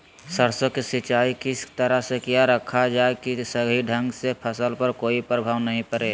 सरसों के सिंचाई किस तरह से किया रखा जाए कि सही ढंग से फसल पर कोई प्रभाव नहीं पड़े?